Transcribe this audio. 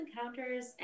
Encounters